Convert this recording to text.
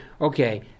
okay